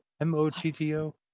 M-O-T-T-O